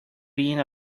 being